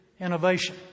innovation